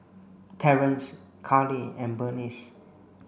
Terance Carlie and Bernice